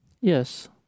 Yes